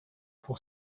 pour